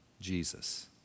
Jesus